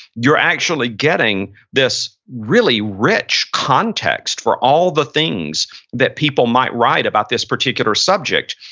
you're actually getting this really rich context for all the things that people might write about this particular subject.